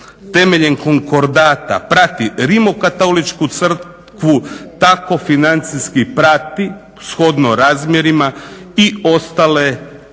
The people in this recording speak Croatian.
temeljem konkordata prati Rimokatoličku crkvu tako financijski prati shodno razmjerima i ostale crkvene